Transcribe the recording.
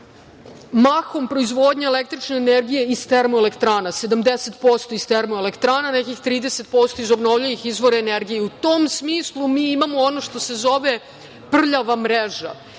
mahom proizvodnja električne energije iz termoelektrana, 70% iz termoelektrana, a nekih 30% iz obnovljivih izvora energije.U tom smislu mi imamo ono što se zove prljava mreža.